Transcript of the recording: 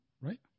right